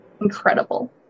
Incredible